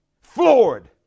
floored